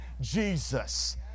Jesus